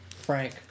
Frank